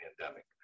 pandemic